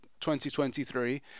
2023